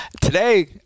today